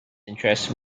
interest